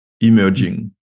emerging